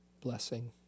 blessing